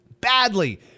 badly